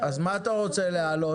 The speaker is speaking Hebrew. אז מה אתה רוצה להעלות.